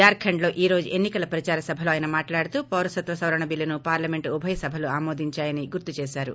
జార్షండ్లో ఈ రోజు ఎన్నికల ప్రదార సభలో ఆయన మాట్లాడుతూ పౌరసత్వ సవరణ బిల్లును పార్లమెంట్ ఉభయసభలూ ఆమోదించాయని గుర్తు చేశారు